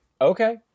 Okay